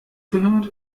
gehört